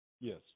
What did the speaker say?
Yes